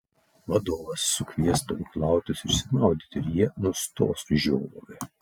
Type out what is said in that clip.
vadovas sukvies stovyklautojus išsimaudyti ir jie nustos žiovavę